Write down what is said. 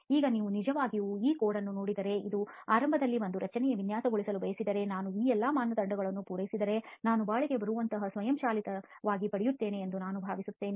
ಈಗ ನೀವು ನಿಜವಾಗಿಯೂ ಈ ಕೋಡ್ ಅನ್ನು ನೋಡಿದರೆ ಮತ್ತು ಆರಂಭದಲ್ಲಿ ಒಂದು ರಚನೆಯನ್ನು ವಿನ್ಯಾಸಗೊಳಿಸಲು ಬಯಸಿದರೆ ನಾನು ಈ ಎಲ್ಲ ಮಾನದಂಡಗಳನ್ನು ಪೂರೈಸಿದರೆ ನಾನು ಬಾಳಿಕೆ ಬರುವಂತಹದನ್ನು ಸ್ವಯಂಚಾಲಿತವಾಗಿ ಪಡೆಯುತ್ತೇನೆ ಎಂದು ನೀವು ಭಾವಿಸಬಹುದು